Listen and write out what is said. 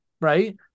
right